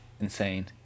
insane